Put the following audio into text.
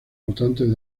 votantes